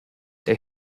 they